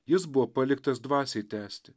jis buvo paliktas dvasiai tęsti